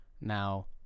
now